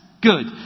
Good